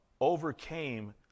overcame